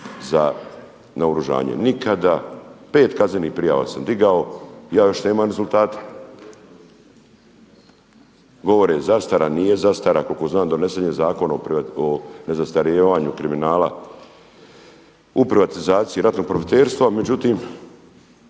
za naoružanje. Nikada, pet kaznenih prijava sam digao, ja još nemam rezultate. Govore, zastara, nije zastara, koliko znam donesen je zakon o nezastarijevanju kriminala u privatizaciji i ratnog profiterstva, međutim